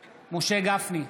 גפני,